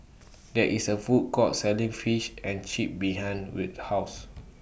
There IS A Food Court Selling Fish and Chips behind Wirt's House